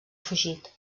fugit